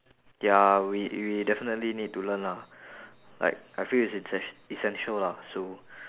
ya we we definitely need to learn lah like I feel it's essen~ essential lah so